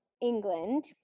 England